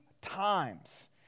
times